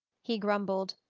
he grumbled,